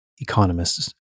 economists